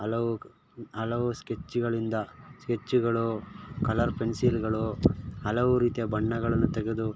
ಹಲವು ಹಲವು ಸ್ಕೆಚ್ಚುಗಳಿಂದ ಸ್ಕೆಚ್ಚುಗಳು ಕಲರ್ ಪೆನ್ಸಿಲ್ಗಳು ಹಲವು ರೀತಿಯ ಬಣ್ಣಗಳನ್ನು ತೆಗೆದು